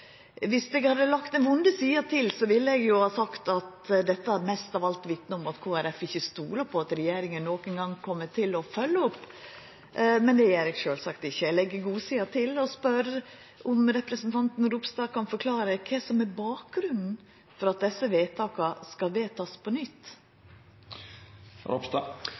Viss eg hadde lagt den vonde sida til, ville eg ha sagt at dette mest av alt vitnar om at Kristeleg Folkeparti ikkje stoler på at regjeringa nokon gong kjem til å følgja opp, men det gjer eg sjølvsagt ikkje. Eg legg godsida til og spør om representanten Ropstad kan forklara kva som er bakgrunnen for at desse vedtaka skal vedtakast på